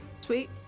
sweet